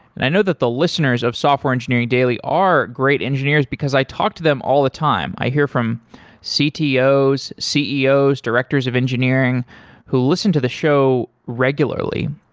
and i know that the listeners of software engineering daily are great engineers, because i talk to them all the time. i hear from ctos, ceos, directors of engineering who listen to the show regularly.